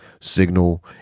Signal